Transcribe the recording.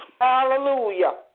Hallelujah